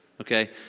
okay